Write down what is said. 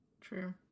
True